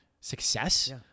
success